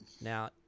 Now